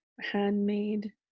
handmade